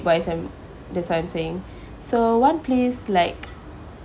why as am that's what I'm saying so one place like